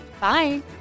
Bye